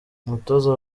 umutoza